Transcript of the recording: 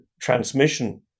transmission